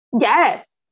Yes